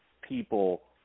people